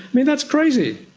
mean, that's crazy,